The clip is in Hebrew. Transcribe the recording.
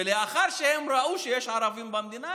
ולאחר שהם ראו שיש ערבים במדינה,